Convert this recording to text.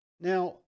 Now